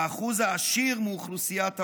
האחוז העשיר מאוכלוסיית העולם,